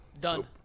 Done